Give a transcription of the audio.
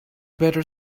better